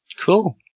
cool